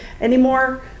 anymore